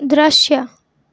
દૃશ્ય